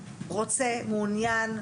אני מנסה להבין מה